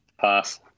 Pass